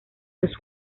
los